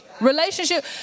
Relationship